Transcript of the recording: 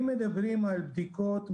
אם מדברים על בדיקות,